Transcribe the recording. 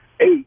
eight